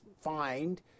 find